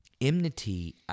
Enmity